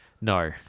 No